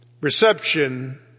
reception